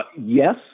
Yes